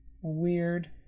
weird